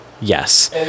Yes